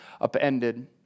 upended